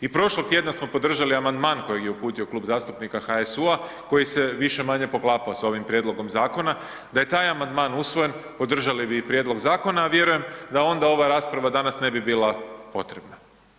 I prošlog tjedna smo podržali amandman kojeg je uputio Klub zastupnika HSU-a koji se više-manje poklapao sa ovim prijedlogom zakona, da je taj amandman usvojen, podržali bi i prijedlog zakona a vjerujem da onda ova rasprava danas ne bi bila potrebna.